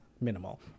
minimal